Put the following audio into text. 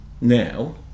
now